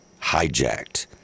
hijacked